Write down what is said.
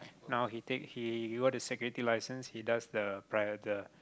now he take he got a security license he does the pri~ the